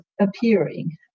appearing